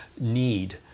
need